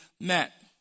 met